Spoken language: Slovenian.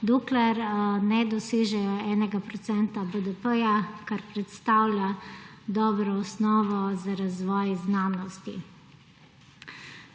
dokler ne dosežejo enega procenta BDP-ja, kar predstavlja dobro osnovo za razvoj znanosti.